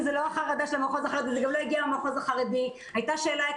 להעביר חלק מהשיחות לקווי 1,900. מי שיודע,